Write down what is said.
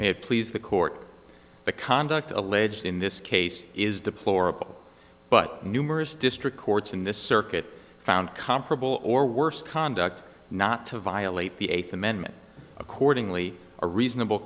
it please the court the conduct alleged in this case is deplorable but numerous district courts in this circuit found comparable or worse conduct not to violate the eighth amendment accordingly a reasonable